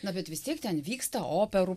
na bet vis tiek ten vyksta operų